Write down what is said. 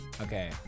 Okay